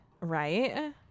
Right